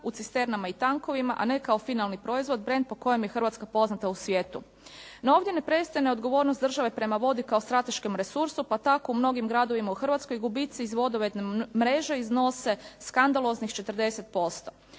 u cisternama i tankovima, a ne kao finalni proizvod, brand po kojem je Hrvatska poznata u svijetu. No ovdje ne prestaje odgovornost države prema vodi kao strateškom resursu pa tako u mnogim gradovima u Hrvatskoj gubici iz vodovodne mreže iznose skandaloznih 40%.